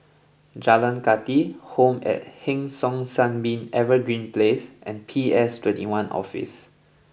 Jalan Kathi Home at Hong San Sunbeam Evergreen Place and P S twenty one Office